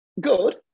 good